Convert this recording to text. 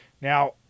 Now